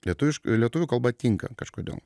lietuviškai lietuvių kalba tinka kažkodėl